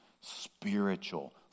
spiritual